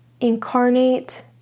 incarnate